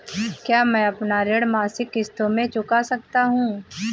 क्या मैं अपना ऋण मासिक किश्तों में चुका सकता हूँ?